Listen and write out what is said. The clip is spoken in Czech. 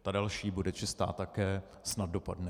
Ta další bude čistá také, snad dopadne jinak.